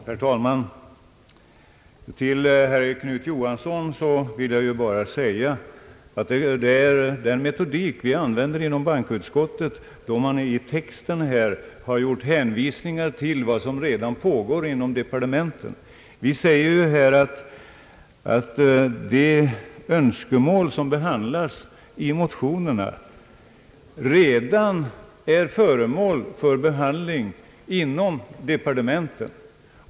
Herr talman! Till herr Knut Johansson vill jag bara säga att när vi inom bankoutskottet hänvisat till vad som redan pågår inom departementen är det den metodik vi brukar tillämpa. Vi framhåller att de önskemål som framställs i motionerna redan är föremål för behandling inom departementen.